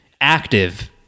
active